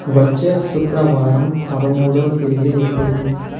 వచ్చే శుక్రవారం పదమూడో తేదీ ఎప్పుడు